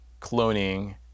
cloning